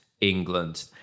england